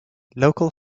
local